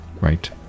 Right